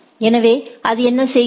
எனவே அது என்ன செய்கிறது